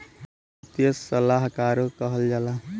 वित्तीय सलाहकारो कहल जाला